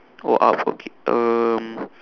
oh up okay um